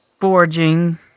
forging